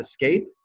Escape